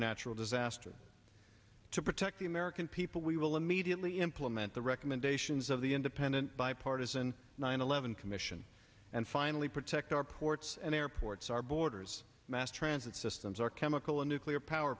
natural disaster to protect the american people we will immediately implement the recommendations of the independent bipartisan nine eleven commission and finally protect our ports and airports our borders mass transit systems our chemical and nuclear power